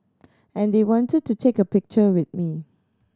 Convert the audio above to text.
and they wanted to take a picture with me